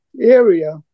area